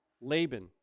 Laban